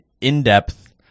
In-depth